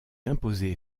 imposée